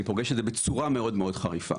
אני פוגש את זה בצורה מאוד מאוד חריפה.